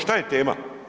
Šta je tema?